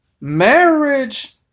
marriage